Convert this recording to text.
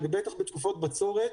אבל בטח בתקופות בצורת,